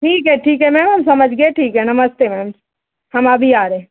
ठीक है ठीक है मैम हम समझ गए ठीक है नमस्ते मैम हम अभी आ रहे